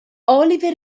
oliver